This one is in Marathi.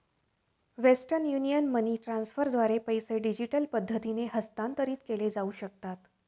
वेस्टर्न युनियन मनी ट्रान्स्फरद्वारे पैसे डिजिटल पद्धतीने हस्तांतरित केले जाऊ शकतात